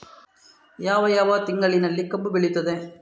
ಯಾವ ಯಾವ ತಿಂಗಳಿನಲ್ಲಿ ಕಬ್ಬು ಬೆಳೆಯುತ್ತದೆ?